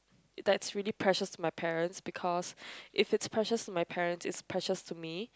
that's really precious to my parents because if it's precious to my parents it's precious to me